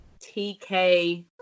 TK